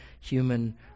human